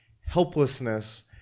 helplessness –